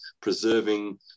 Preserving